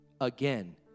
again